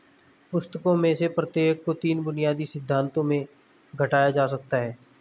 पुस्तकों में से प्रत्येक को तीन बुनियादी सिद्धांतों में घटाया जा सकता है